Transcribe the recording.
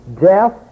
Death